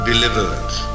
deliverance